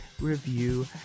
review